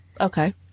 Okay